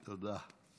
תודה.